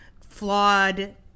flawed